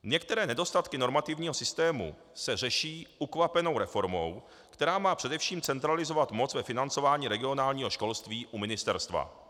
Některé nedostatky normativního systému se řeší ukvapenou reformou, která má především centralizovat moc ve financování regionálního školství u ministerstva.